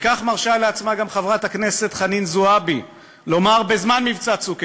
וכך מרשה לעצמה גם חברת הכנסת חנין זועבי לומר בזמן מבצע "צוק איתן":